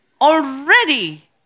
Already